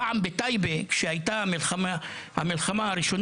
פעם, בטייבה, כשהייתה המלחמה הראשונה,